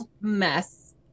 mess